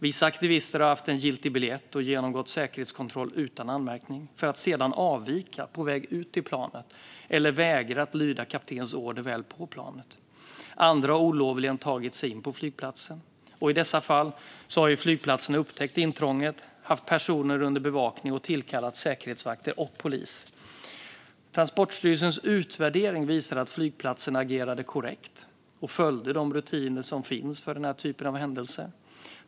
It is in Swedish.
Vissa aktivister har haft en giltig biljett och genomgått säkerhetskontroll utan anmärkning, för att sedan avvika på väg ut till planet eller vägra att lyda kaptens order väl på planet. Andra har olovligen tagit sig in på flygplatsen. I dessa fall har flygplatserna upptäckt intrånget, haft personer under bevakning och tillkallat säkerhetsvakter och polis. Transportstyrelsens utvärdering visar att flygplatserna agerade korrekt och följde de rutiner som finns för den här typen av händelser.